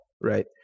right